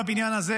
בבניין הזה,